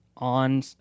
on